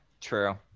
true